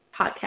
Podcast